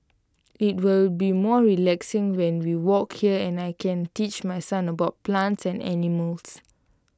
IT will be more relaxing when we walk here and I can teach my son about plants and animals